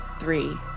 three